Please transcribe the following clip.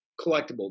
collectible